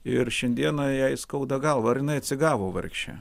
ir šiandieną jai skauda galvą ar jinai atsigavo vargšė